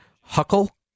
Huckle